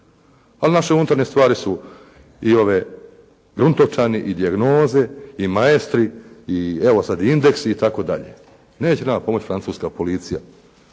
Ali naše unutarnje stvari su i ove gruntovčani i dijagnoze i maestri i evo sad i indeksi itd. Neće nama pomoći francuska policija